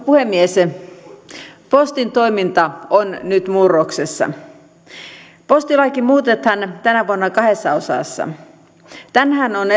puhemies postin toiminta on nyt murroksessa postilakia muutetaan tänä vuonna kahdessa osassa tänään on